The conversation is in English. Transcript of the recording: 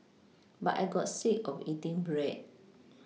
but I got sick of eating bread